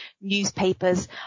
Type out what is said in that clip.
newspapers